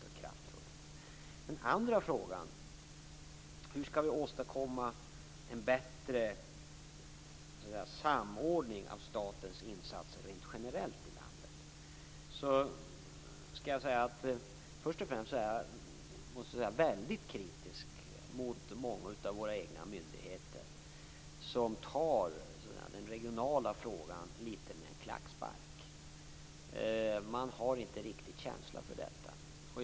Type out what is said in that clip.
För det andra: Den andra frågan gällde hur vi skall åstadkomma en bättre samordning av statens insatser i landet rent generellt. Jag är först och främst väldigt kritisk mot många av våra egna myndigheter, som tar den regionala frågan med litet av en klackspark. De har inte riktigt någon känsla för detta.